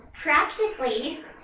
Practically